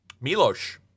Milos